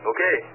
Okay